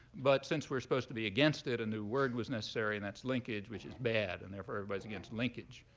but since we're supposed to be against it, a new word was necessary, and that's linkage, which is bad. and therefore, everybody's against linkage.